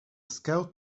scout